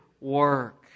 work